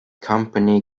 company